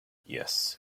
yes